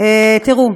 תראו,